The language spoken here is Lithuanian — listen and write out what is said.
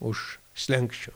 už slenksčio